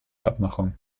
abmachung